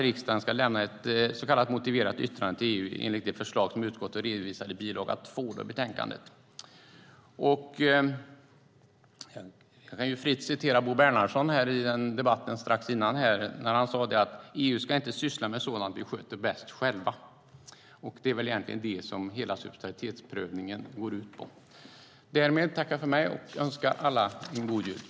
Riksdagen ska lämna ett så kallat motiverat yttrande till EU enligt det förslag som utskottet redovisar i bil. 2 i betänkandet. Jag återger fritt vad Bo Bernhardsson sagt tidigare i debatten när han sade att EU inte ska syssla med sådant vi sköter bäst själva. Det är vad hela subsidiaritetsprövningen går ut på. Därmed tackar jag för mig och önskar alla en god jul.